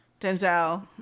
Denzel